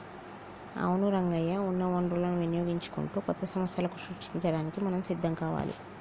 అవును రంగయ్య ఉన్న వనరులను వినియోగించుకుంటూ కొత్త సంస్థలను సృష్టించడానికి మనం సిద్ధం కావాలి